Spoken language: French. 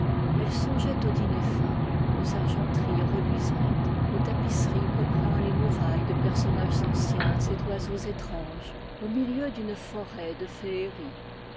elle songeait aux dîners fins aux argenteries reluisantes aux tapisseries peuplant les murailles de personnages anciens et d'oiseaux étranges au milieu d'une forêt de féerie